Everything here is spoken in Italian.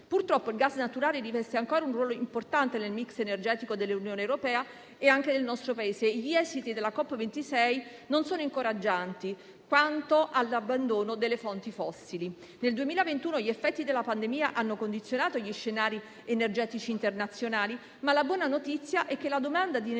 Purtroppo il gas naturale riveste ancora un ruolo importante nel *mix* energetico dell'Unione europea e anche nel nostro Paese e gli esiti della COP26 non sono incoraggianti quanto all'abbandono delle fonti fossili. Nel 2021 gli effetti della pandemia hanno condizionato gli scenari energetici internazionali, ma la buona notizia è che la domanda di energie